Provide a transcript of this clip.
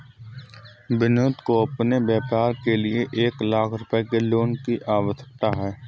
विनोद को अपने व्यापार के लिए एक लाख रूपए के लोन की आवश्यकता है